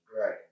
Right